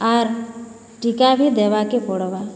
ଆର୍ ଟୀକା ବି ଦେବାକେ ପଡ଼୍ବା